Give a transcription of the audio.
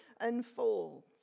unfolds